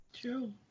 True